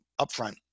upfront